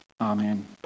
Amen